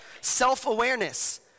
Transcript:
self-awareness